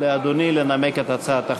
לאדוני לנמק את הצעת החוק.